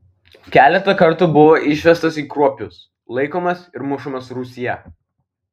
keletą kartų buvo išvežtas į kruopius laikomas ir mušamas rūsyje